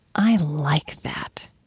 i like that.